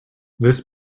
this